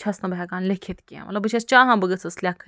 چھیٚس نہٕ بہٕ ہیٚکان لیٚکھِتھ کیٚنٛہہ مطلب بہٕ چھیٚس چاہان بہٕ گٔٔژھٕس لیٚکھٕنۍ